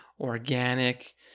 organic